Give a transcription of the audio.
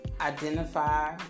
identify